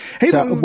Hey